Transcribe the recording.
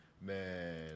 man